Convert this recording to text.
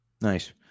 Nice